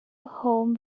home